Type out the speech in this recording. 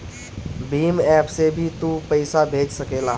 Bhim app से भी तू पईसा भेज सकेला